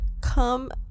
come